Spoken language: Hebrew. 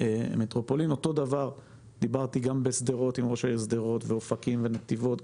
אותו דבר דיברתי גם בשדרות, באופקים ונתיבות.